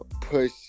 push